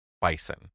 bison